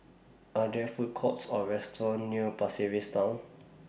Are There Food Courts Or restaurants near Pasir Ris Town